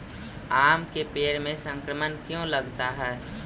आम के पेड़ में संक्रमण क्यों लगता है?